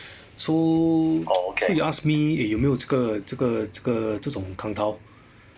so so you asked me 也有没有这个这个这个这种 kang tao